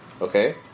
Okay